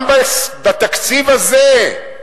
גם בתקציב הזה,